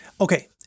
Okay